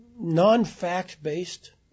Non-fact-based